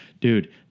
dude